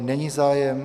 Není zájem?